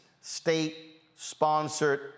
state-sponsored